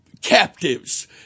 captives